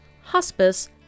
hospice